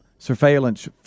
Surveillance